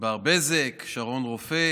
ענבר בזק ושרון רופא